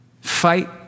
Fight